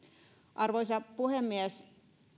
arvoisa puhemies